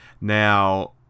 Now